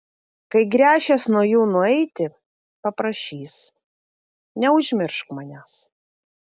kai gręšies nuo jų nueiti paprašys neužmiršk manęs